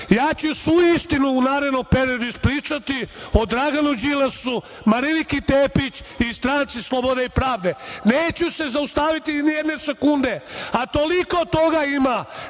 ja ću svu istinu u narednom periodu ispričati o Draganu Đilasu, Mariniki Tepić i Stranci slobode i pravde. Neću se zaustaviti ni jedne sekunde, a toliko toga ima.